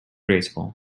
graceful